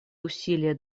усилия